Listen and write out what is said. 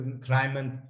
climate